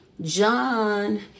John